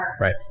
Right